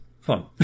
fun